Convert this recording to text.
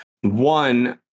one